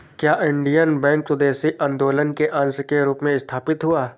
क्या Indian Bank स्वदेशी आंदोलन के अंश के रूप में स्थापित हुआ?